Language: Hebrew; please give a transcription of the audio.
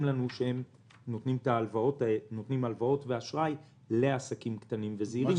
לנו שהם נותנים הלוואות ואשראי לעסקים קטנים וזעירים.